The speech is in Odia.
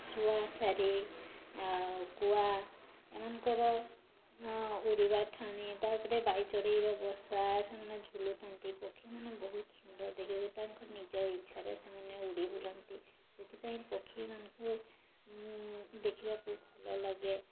ଶୁଆ ସାରି କୁଆ ଏମାନଙ୍କର ଉଡ଼ିବା ଠାଣି ତାପରେ ବାଇଚଢ଼େଇର ବସା ସେମାନେ ଝୁଲୁଥାନ୍ତି ପକ୍ଷୀମାନେ ବହୁତ ସୁନ୍ଦର ଦେଖିବାକୁ ତାଙ୍କ ନିଜ ଇଚ୍ଛାରେ ସେମାନେ ଉଡ଼ି ବୁଲନ୍ତି ସେଥିପାଇଁ ପକ୍ଷୀ ମାନଙ୍କୁ ଦେଖିବାକୁ ଭଲ ଲାଗେ ଆଉ